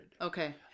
Okay